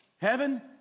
Heaven